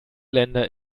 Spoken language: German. länder